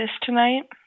tonight